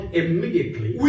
immediately